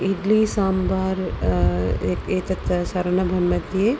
इड्लि साम्बार् एक् एतत् सर्णभवनमध्ये